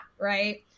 right